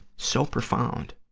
so profound.